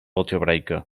algebraica